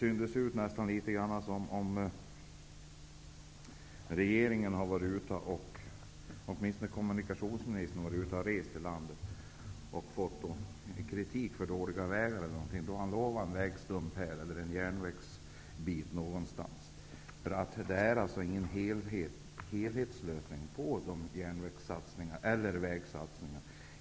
Man kan nästan tro att regeringen -- åtminstone kommunikationsministern -- på sina resor ute i landet har fått kritik för dåliga vägar t.ex. och att kommunikationsministern då har utlovat en vägstump här och en järnvägsbit där. Det finns ingen helhetslösning i propositionen när det gäller järnvägs eller vägsatsningar.